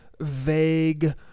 vague